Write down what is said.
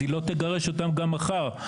היא לא תגרש אותם גם מחר.